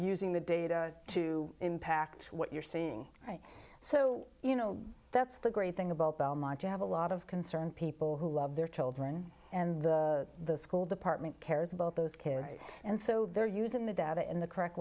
using the data to impact what you're seeing so you know that's the great thing about belmont you have a lot of concern people who love their children and the school department cares about those kids and so they're using the data in the correct